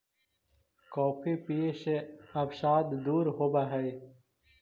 coffee पीये से अवसाद दूर होब हई